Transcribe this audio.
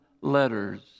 letters